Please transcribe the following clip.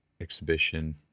exhibition